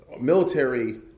military